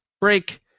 break